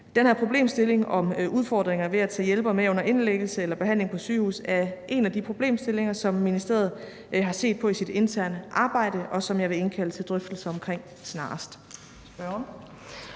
Den her problemstilling om udfordringer ved at tage hjælpere med under indlæggelse eller behandling på sygehus er en af de problemstillinger, som ministeriet har set på i sit interne arbejde, og som jeg vil indkalde til drøftelser af snarest.